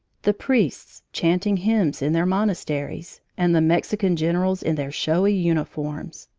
the priests chanting hymns in their monasteries, and the mexican generals in their showy uniforms.